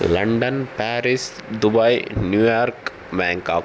London Paris Dubai New York Bangkok